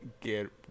get